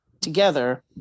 together